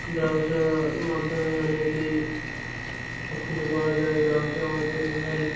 ব্যবসার মাধ্যমে অনেকই সব কিছু করা যায় ব্যবসা আমাদের মেইন